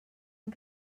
hem